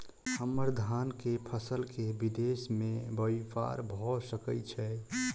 हम्मर धान केँ फसल केँ विदेश मे ब्यपार भऽ सकै छै?